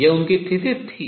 यह उनकी थीसिस थी